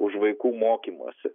už vaikų mokymąsi